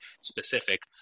specific